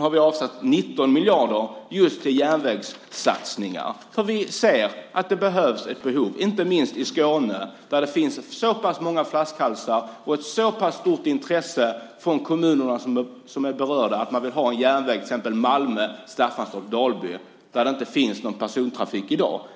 har vi avsatt 19 miljarder till just järnvägssatsningar, för vi ser att det finns ett behov, inte minst i Skåne, där det finns så pass många flaskhalsar och ett så pass stort intresse från de kommuner som är berörda. Till exempel vill man ha en järnväg på sträckan Malmö-Staffanstorp-Dalby, där det inte finns någon persontrafik i dag.